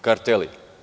Karteli.